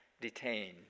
detained